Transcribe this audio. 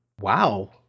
Wow